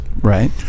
Right